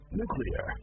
nuclear